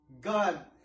God